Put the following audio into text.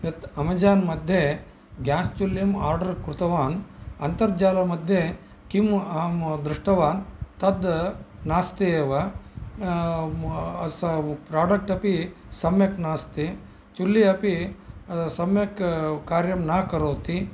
यत् अमेज़ान् मध्ये ग्यास् च्चुलीं आर्डर् कृतवान् आर्न्तजालमध्ये किम् अहं दृष्टवान् तद् नास्ति एव स प्राडक्ट् अपि सम्यक् नास्ति चुल्ली अपि सम्यक् कार्यं न करोति